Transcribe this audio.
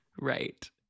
Right